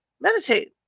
Meditate